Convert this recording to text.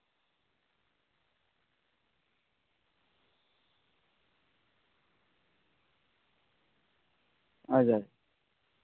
ᱟᱪᱪᱷᱟ